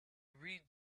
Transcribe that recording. read